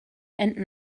enden